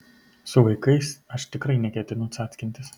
su vaikais aš tikrai neketinu cackintis